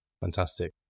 fantastic